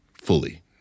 fully